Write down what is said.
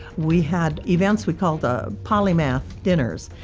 we had events we called the polymath dinners,